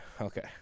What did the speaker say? Okay